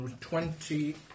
Twenty